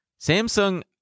Samsung